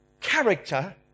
character